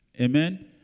Amen